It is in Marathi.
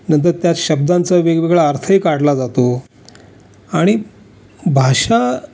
नंतर त्या शब्दांचं वेगवेगळा अर्थही काढला जातो आणि भाषा